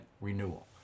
renewal